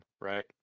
right